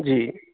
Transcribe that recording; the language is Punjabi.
ਜੀ